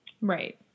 Right